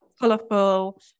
colorful